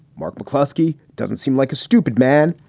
mark mccluskey doesn't seem like a stupid man.